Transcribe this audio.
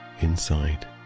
inside